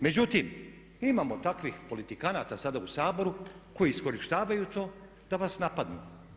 Međutim, imamo takvih politikanata sada u Saboru koji iskorištavaju to da vas napadnu.